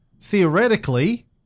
theoretically